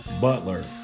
Butler